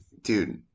Dude